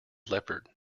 leopard